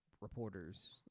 reporters